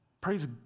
Praise